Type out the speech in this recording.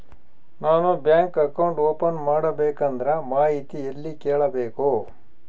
ನಾನು bank account open ಮಾಡಬೇಕಂದ್ರ ಮಾಹಿತಿ ಎಲ್ಲಿ ಕೇಳಬೇಕು?